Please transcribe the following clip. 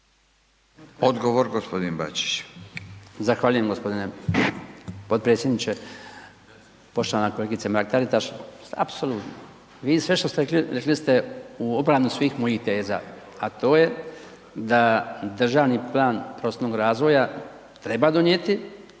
Odgovor gospodin Đujić.